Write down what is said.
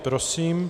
Prosím.